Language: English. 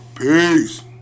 Peace